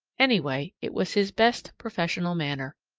anyway, it was his best professional manner.